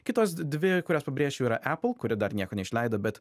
kitos dvi kurias pabrėšiu yra epal kuri dar nieko neišleido bet